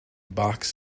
box